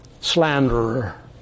slanderer